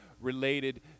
related